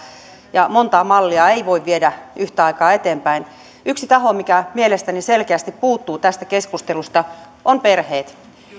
ja monta mallia ei voi viedä yhtä aikaa eteenpäin yksi taho mikä mielestäni selkeästi puuttuu tästä keskustelusta on perheet